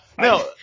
No